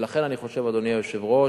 ולכן, אני חושב, אדוני היושב-ראש,